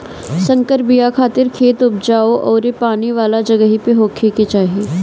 संकर बिया खातिर खेत उपजाऊ अउरी पानी वाला जगही पे होखे के चाही